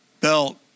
belt